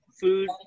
food